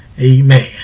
amen